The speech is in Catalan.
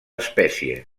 espècie